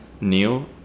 Neil